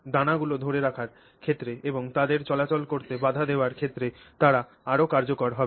দানাগুলি ধরে রাখার ক্ষেত্রে এবং তাদের চলাচল করতে বাধা দেওয়ার ক্ষেত্রে তারা আরও কার্যকর হবে